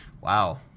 Wow